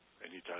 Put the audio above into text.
anytime